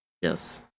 yes